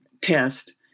test